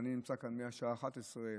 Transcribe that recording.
ואני נמצא כאן מהשעה 11:00,